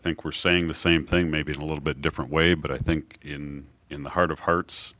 think we're saying the same thing maybe in a little bit different way but i think in in the heart of hearts